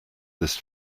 this